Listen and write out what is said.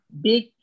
Big